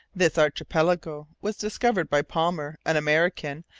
this archipelago was discovered by palmer, an american,